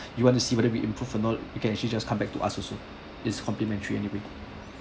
you want to see whether we improve or not you can actually just come back to us also it's complimentary anyway